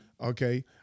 Okay